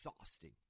Exhausting